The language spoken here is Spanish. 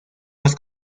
más